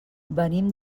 venim